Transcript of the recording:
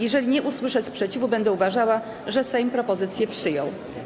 Jeżeli nie usłyszę sprzeciwu, będę uważała, że Sejm propozycje przyjął.